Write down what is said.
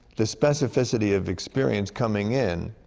the specificity of experience coming in,